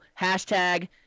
hashtag